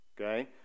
okay